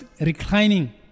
reclining